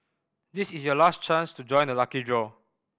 this is your last chance to join the lucky draw